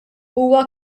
huwa